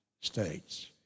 states